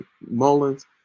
Mullins